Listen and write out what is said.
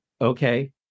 okay